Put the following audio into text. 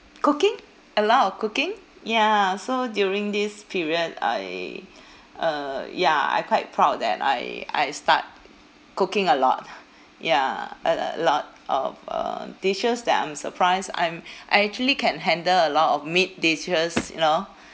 cooking a lot of cooking ya so during this period I uh ya I quite proud that I I start cooking a lot ya a a lot of uh dishes that I'm surprised I'm I actually can handle a lot of meat dishes you know